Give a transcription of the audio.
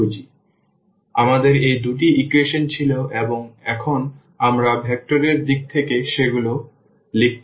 সুতরাং আমাদের এই দুটি ইকুয়েশন ছিল এবং এখন আমরা ভেক্টর এর দিক থেকে সেগুলি লিখতে পারি